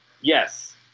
Yes